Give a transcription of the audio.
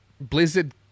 Blizzard